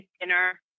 dinner